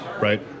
right